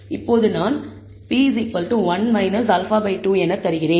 இப்போது நான் p 1 α2 என தருகிறேன்